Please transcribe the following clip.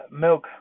Milk